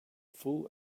full